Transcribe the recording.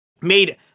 made